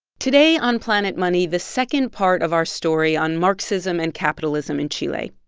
today on planet money, the second part of our story on marxism and capitalism in chile.